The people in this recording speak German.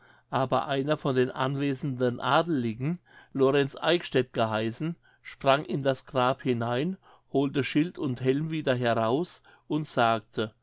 aber einer von den anwesenden adeligen lorentz eickstedt geheißen sprang in das grab hinein holte schild und helm wieder heraus und sagte